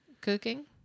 Cooking